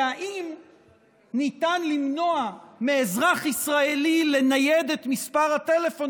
והאם ניתן למנוע מאזרח ישראלי לנייד את מספר הטלפון